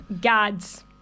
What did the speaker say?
Gads